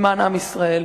למען עם ישראל.